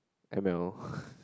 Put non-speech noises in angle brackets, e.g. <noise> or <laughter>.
M_L <laughs>